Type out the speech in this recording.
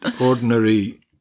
ordinary